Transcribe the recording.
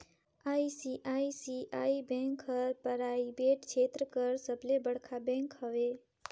ICICI bank हर private छेत्र कर सबले बड़खा बेंक हवे